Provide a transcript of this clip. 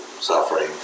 suffering